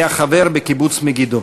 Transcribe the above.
היה חבר בקיבוץ מגידו.